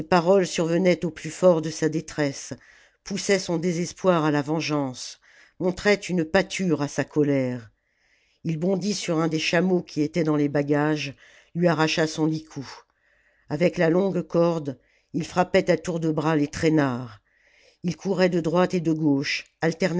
survenaient au plus fort de sa détresse poussaient son désespoir à la vengeance montraient une pâture à sa colère ii bondit sur un des chameaux qui étaient dans les bagages lui arracha son licou avec la longue corde il frappait à tour de bras les traînards il courait de droite et de gauche